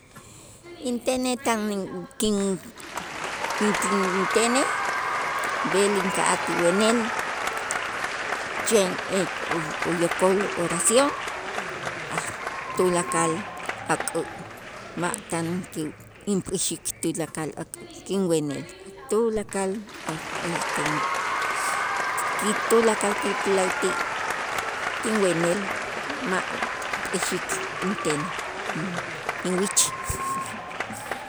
Intenej tan in kin intenej b'el inka'aj ti wenel chen u- uyok'ol oración aj tulakal ak'ä' ma' tan kiw inpäxik tulakal ak'ä' kinwenel tulakal es- esten ki tulakal ki ti la'ayti' tinwenel ma' p'i'ixik intenej in- inwich.